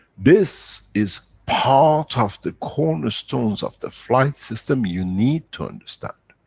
this is part of the cornerstones of the flight system you need to understand.